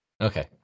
Okay